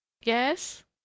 Yes